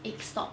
egg stop